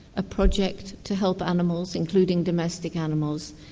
a project to help animals, including domestic animals,